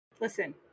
Listen